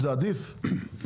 זה עדיף?